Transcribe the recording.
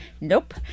Nope